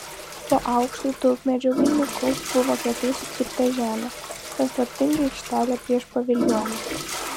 po aukštu tulpmedžių vainiku buvo kietai sutrypta žemė paslaptinga aikštelė prieš paviljoną